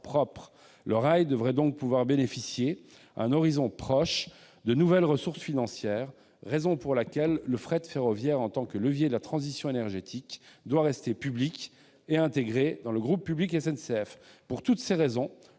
Le rail devrait donc pouvoir bénéficier à un horizon proche de nouvelles ressources financières, raison pour laquelle le fret ferroviaire en tant que levier de la transition énergétique doit rester public et intégré dans le groupe public SNCF. Pour toutes ces raisons,